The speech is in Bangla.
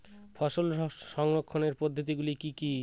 ফসল সংরক্ষণের পদ্ধতিগুলি কি কি?